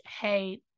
hey